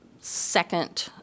second